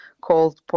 called